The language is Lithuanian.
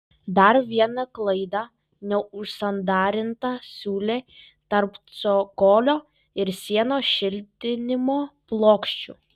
dar viena klaida neužsandarinta siūlė tarp cokolio ir sienos šiltinimo plokščių